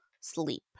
sleep